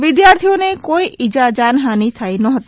વિદ્યાર્થીઓને કોઈ ઈજા જાનહાનિ થઈ નહોતી